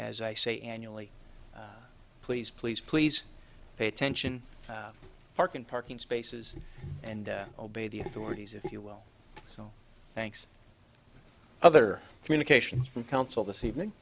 as i say annually please please please pay attention parking parking spaces and obey the authorities if you will so thanks other communication from council this evening